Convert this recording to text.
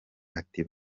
ati